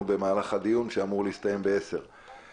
במהלך הדיון שאמור להסתיים ב-10:00,